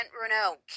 Renault